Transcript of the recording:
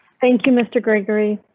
thank you, mr gregory,